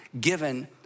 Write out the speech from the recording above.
given